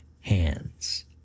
hands